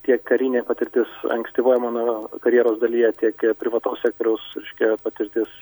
tiek karinė patirtis ankstyvoje mano karjeros dalyje tiek ir privataus sektoriaus reiškia patirtis